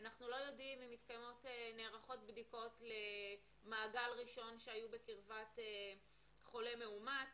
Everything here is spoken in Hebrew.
אנחנו לא יודעים אם נערכות בדיקות למעגל ראשון שהיו בקרבת חולה מאומת.